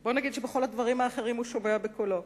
בוא נגיד שבכל הדברים האחרים הוא שומע בקולו.